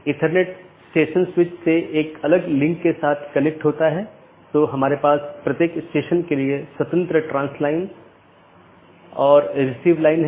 इसलिए यह महत्वपूर्ण है और मुश्किल है क्योंकि प्रत्येक AS के पास पथ मूल्यांकन के अपने स्वयं के मानदंड हैं